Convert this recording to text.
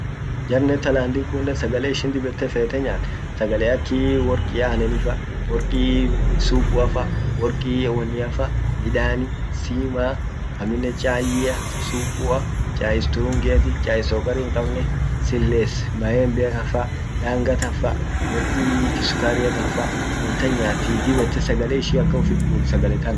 Jar Neteherlands kunnen sagale ishin dib ete fete nyaat, sagale akii worki ananenifa, worki supuafa, worki woniafa, yaani sima amminen chai, supua, chai strungiati, chai sakari hinkabne, silles maembeafa ,danga tanfa worki kisukariatan fa ,won tan nyaati sagale ishin akan ufit gurt sagale tana.